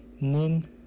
Nin